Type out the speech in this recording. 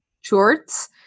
shorts